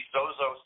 Zozo